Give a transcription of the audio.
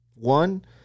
One